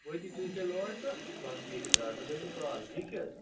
وٲتِو تُہۍ تیٚلہِ اور تہٕ بہٕ آسہٕ وۅنۍ ییٚتہِ پرٛاران مےٚ کٔرۍزیٚو کال ٹھیٖک چھِ حظ